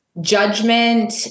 judgment